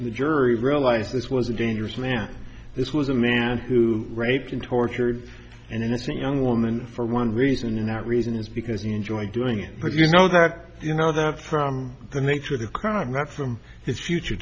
the jury realize this was a dangerous man this was a man who raped and tortured and innocent young woman for one reason and that reason is because he enjoyed doing it but you know that you know that from the nature of the crime not from his future